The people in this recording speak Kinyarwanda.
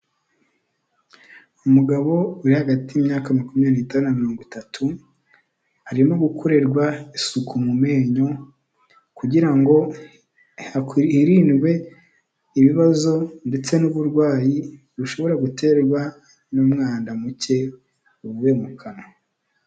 Umugabo uri hagati y'imyaka makumyabiri n'itanu na mirongo itatu, arimo gukorerwa isuku mu menyo, kugira ngo hirindwe ibibazo ndetse n'uburwayi bushobora guterwa n'umwanda muke uvuye mu kanwa.